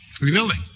rebuilding